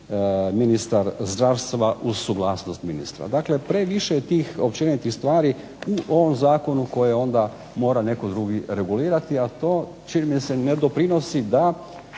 ministar zdravstva uz suglasnost ministra. Dakle previše je tih općenitih stvari u ovom zakonu koje onda mora onda mora netko drugi regulirati, a to čini mi se ne doprinosi da